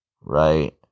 right